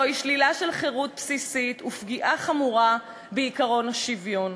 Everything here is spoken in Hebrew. זוהי שלילה של חירות בסיסית ופגיעה חמורה בעקרון השוויון.